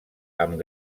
amb